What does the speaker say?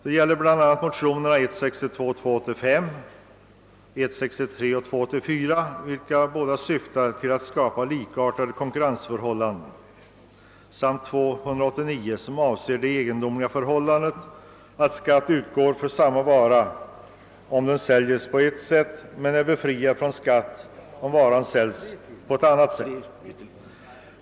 Det gäller bl.a. motionerna I: 62 och II: 85 samt I:63 och II: 84, vilka syftar till att skapa likartade konkurrensförhållanden, och vidare 1I1:189, som avser det egendomliga förhållandet att skatt utgår för samma vara om den säljes på ett sätt medan den är befriad från skatt om den säljes på ett annat sätt.